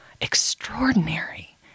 extraordinary